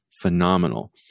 phenomenal